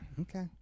Okay